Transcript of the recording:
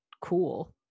cool